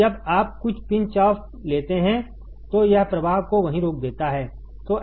जब आप कुछ पिंच ऑफ लेते हैं तो यह प्रवाह को वहीं रोक देता है